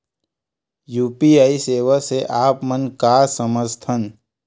UPI सेवा से आप मन का समझ थान?